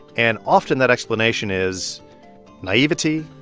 and often, that explanation is naivety,